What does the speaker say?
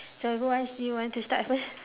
so who wants you want to start first